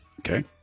Okay